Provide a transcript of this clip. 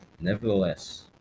Nevertheless